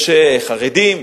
יש חרדים,